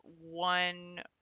one